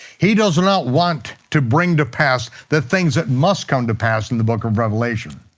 he does not want to bring to pass the things that must come to pass in the book of revelation.